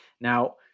now